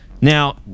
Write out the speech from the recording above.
Now